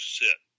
sit